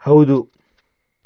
ಹೌದು